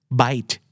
bite